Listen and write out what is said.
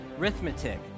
Arithmetic